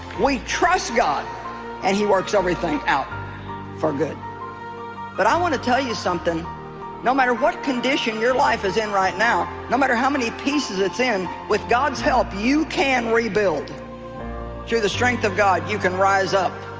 we trust god and he works everything out for good but i want to tell you something no matter what condition your life is in right now no matter how many pieces it's in with god's help you can rebuild through the strength of god you can rise up